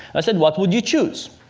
i said, what would you choose?